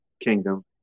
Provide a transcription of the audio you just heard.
kingdom